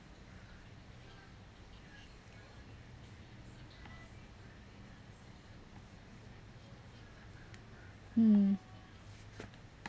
mm